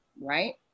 right